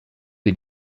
des